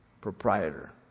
proprietor